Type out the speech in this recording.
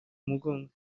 umugongo